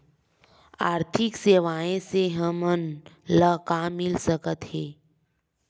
आर्थिक सेवाएं से हमन ला का मिल सकत हे?